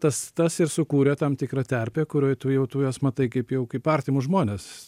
tas tas ir sukūrė tam tikrą terpę kurioj tu jau tu juos matai kaip jau kaip artimus žmones